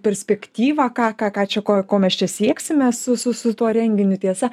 perspektyvą ką ką ką čia ko ko mes čia sieksime su su su tuo renginiu tiesa